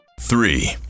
Three